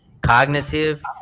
Cognitive